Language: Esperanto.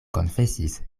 konfesis